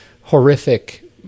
horrific